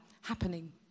happening